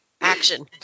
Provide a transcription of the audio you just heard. action